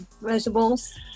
vegetables